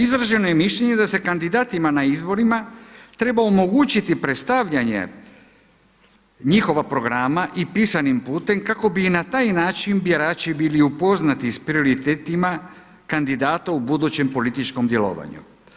Izraženo je mišljenje da se kandidatima na izborima treba omogućiti predstavljanje njihova programa i pisanim putem kako bi i na taj način birači bili upoznati s prioritetima kandidata u budućem političkom djelovanju.